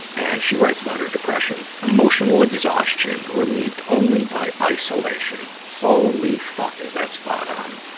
and she writes, about her depression, emotional exhaustion, relieved only by isolation. holy fuck, is that spot on!